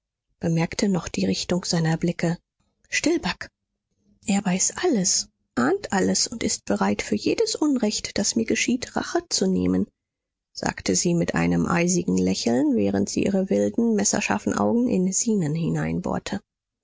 bemerkte noch die richtung seiner blicke still bagh er weiß alles ahnt alles und ist bereit für jedes unrecht das mir geschieht rache zu nehmen sagte sie mit einem eisigen lächeln während sie ihre wilden messerscharfen augen